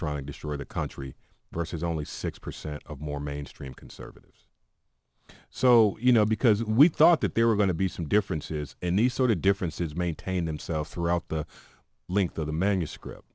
trying to steer the country versus only six percent of more mainstream conservatives so you know because we thought that they were going to be some differences in the sort of differences maintain themselves throughout the length of the manuscript